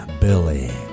Billy